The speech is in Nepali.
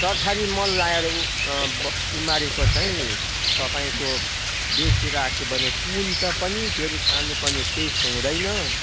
सरकारी मल लाएर उमारेको चाहिँ तपाईँको बेसी राख्यो भने कुहिन्छ पनि फेरि खानु पनि टेस्ट हुँदैन